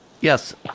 Yes